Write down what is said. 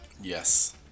Yes